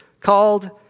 called